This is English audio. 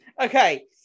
Okay